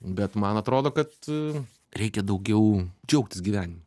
bet man atrodo kad reikia daugiau džiaugtis gyvenimu